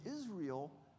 Israel